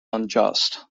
unjust